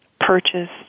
purchase